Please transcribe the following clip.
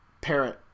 parent